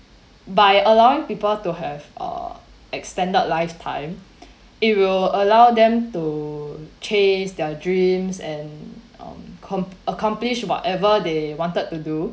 by allowing people to have uh extended lifetime it will allow them to chase their dreams and um accom~ accomplish whatever they wanted to do